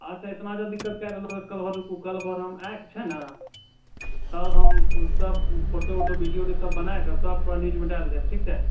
अच्छा इतना जॅं दिक्कत कल भर रुकू हम आइ कऽ छै ने तब हम तब फोटो वोटो वीडियो उडियो सब बनाय कऽ सब न्यूजमे डालिदेब ठीक छै